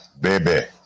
baby